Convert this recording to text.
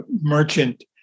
merchant